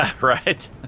Right